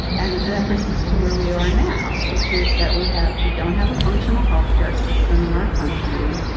and that brings us to where we are now, which is that we have we don't have a functional health care system in our country.